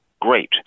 great